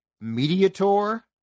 mediator